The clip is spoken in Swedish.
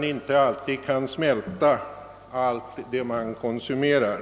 det inte alltid man kan smälta allt, man konsumerar.